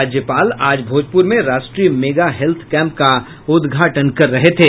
राज्यपाल आज भोजपुर में राष्ट्रीय मेगा हेल्थ कैम्प का उदघाटन कर रहे थे